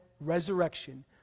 resurrection